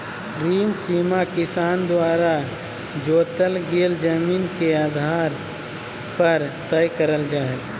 ऋण सीमा किसान द्वारा जोतल गेल जमीन के आधार पर तय करल जा हई